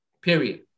period